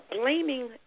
blaming